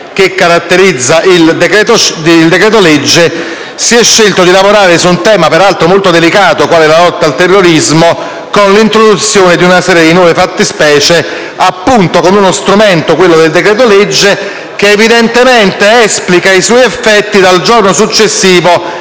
che caratterizza il decreto-legge, si è scelto di lavorare su un tema peraltro molto delicato, quale la lotta al terrorismo, con l'introduzione di una serie di nuove fattispecie, appunto con uno strumento, quello del decreto-legge, che evidentemente esplica i propri effetti dal giorno successivo